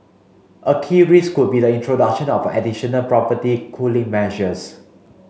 a key risk could be the introduction of additional property cooling measures